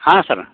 ಹಾಂ ಸರ